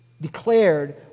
declared